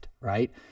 right